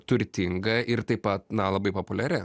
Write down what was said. turtinga ir taip pat na labai populiari